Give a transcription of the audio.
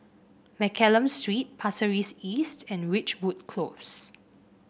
Mccallum Street Pasir Ris East and Ridgewood Close